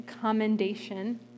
commendation